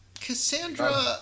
Cassandra